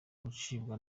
gucibwa